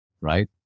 right